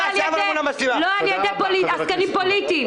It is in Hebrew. רק לא על ידי עסקנים פוליטיים.